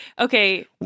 Okay